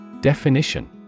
Definition